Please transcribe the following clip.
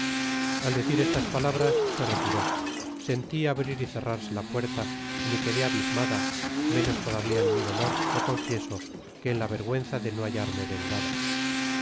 al decir estas palabras se retiró senti abrir y cerrarse la puerta y me quedé abismada menos todavia en mi dolor lo confieso que en la vergüenza de no hallarme vengada